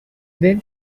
then